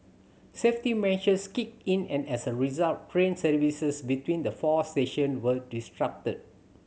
safety measures kicked in and as a result train services between the four station were disrupted